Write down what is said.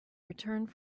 returned